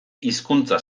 hizkuntza